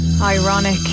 Ironic